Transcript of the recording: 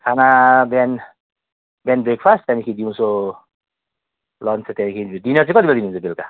खाना बिहान बिहान ब्रेकफास्ट त्यहाँदेखि दिउँसो लन्च त्यहाँदेखि डिनर चाहिँ कति बजी हुन्छ बेलुका